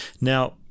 now